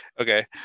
Okay